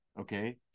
Okay